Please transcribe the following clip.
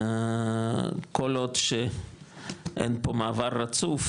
כל עוד שאין פה מעבר רצוף,